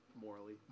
morally